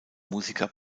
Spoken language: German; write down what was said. musiker